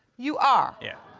you are? yeah.